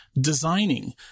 designing